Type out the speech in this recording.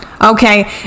okay